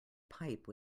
pipe